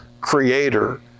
creator